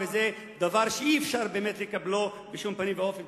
וזה דבר שבאמת אי-אפשר לקבלו בשום פנים ואופן.